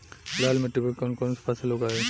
लाल मिट्टी पर कौन कौनसा फसल उगाई?